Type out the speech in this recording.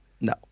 No